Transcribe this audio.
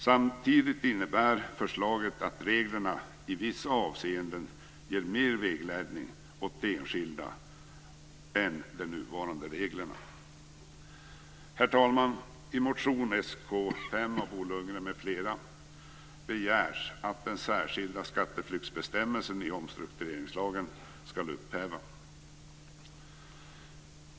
Samtidigt innebär förslaget att reglerna i vissa avseenden ger mera vägledning åt de enskilda än de nuvarande reglerna gör. Herr talman! I motion Sk5 av Bo Lundgren m.fl. begärs att den särskilda skatteflyktsbestämmelsen i omstruktureringslagen skall upphävas.